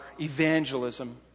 evangelism